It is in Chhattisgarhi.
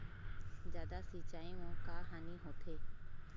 जादा सिचाई म का हानी होथे?